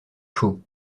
chaud